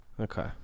Okay